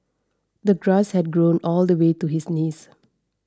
the grass had grown all the way to his knees